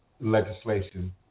legislation